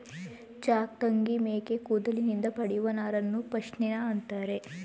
ಚಾಂಗ್ತಂಗಿ ಮೇಕೆ ಕೂದಲಿನಿಂದ ಪಡೆಯುವ ನಾರನ್ನು ಪಶ್ಮಿನಾ ಅಂತರೆ